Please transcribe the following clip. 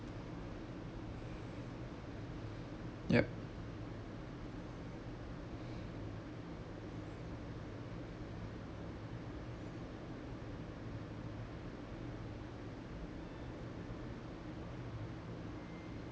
yup